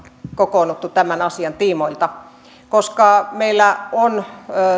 kokoonnuttu tämän asian tiimoilta koska meille on